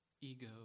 Ego